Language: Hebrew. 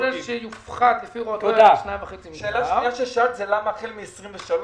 שאלתם גם למה החל מ-2023.